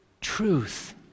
Truth